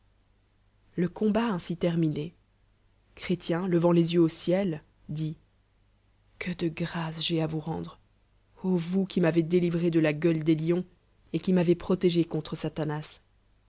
le combat aiusi terminé chréj tien levant les yeux au ciel dit que de gra ces j'ai à vous rendre ô vous qui m'avez délivré de la gueule des lions et qui m'avezprotégé contre satanas